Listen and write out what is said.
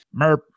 merp